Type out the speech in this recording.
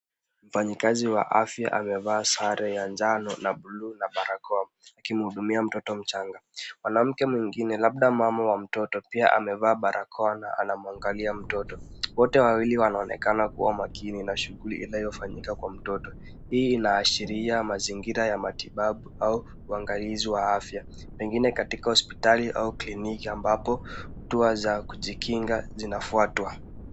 Mfanyikazi wa afya amevaa sare ya njano na buluu na barakoa akimhudumia mtoto mchanga. Mwanamke mwingine labda mama wa mtoto pia amevaa barakoa na anamwangalia mtoto. Wote wawili wanaonekana kuwa makini na shughuli inayofanyika kwa mtoto. Hii inaashiria mazingira ya matibabu au uangalizi wa afya. Pengine katika hospitali au kliniki ambapo hatua za kujikinga zinafuatwa.